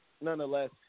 nonetheless